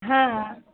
हां